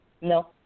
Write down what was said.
No